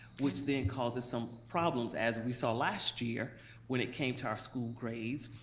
which then causes some problems as we saw last year when it came to our school grades,